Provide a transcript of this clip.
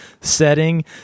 setting